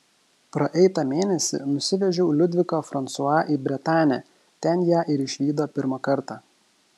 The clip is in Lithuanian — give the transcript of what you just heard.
praeitą mėnesį nusivežiau liudviką fransua į bretanę ten ją ir išvydo pirmą kartą